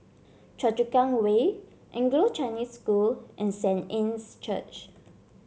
Choa Chu Kang Way Anglo Chinese School and Saint Anne's Church